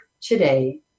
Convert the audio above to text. today